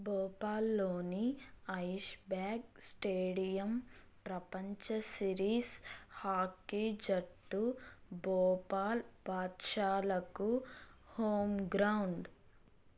భోపాల్లోని Aishbagh stadium ప్రపంచ series hockey జట్టు భోపాల్ బాద్షాలకు హోమ్ గ్రౌండ్